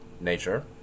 nature